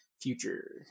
future